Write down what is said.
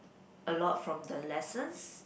a lot from the lessons